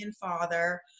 father